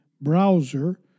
browser